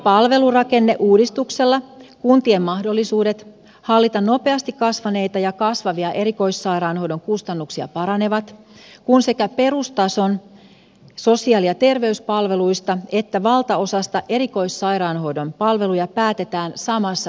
palvelurakenneuudistuksella kuntien mahdollisuudet hallita nopeasti kasvaneita ja kasvavia erikoissairaanhoidon kustannuksia paranevat kun sekä perustason sosiaali ja terveyspalveluista että valtaosasta erikoissairaanhoidon palveluja päätetään samassa organisaatiossa